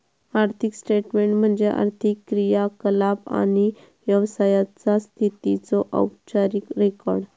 आर्थिक स्टेटमेन्ट म्हणजे आर्थिक क्रियाकलाप आणि व्यवसायाचा स्थितीचो औपचारिक रेकॉर्ड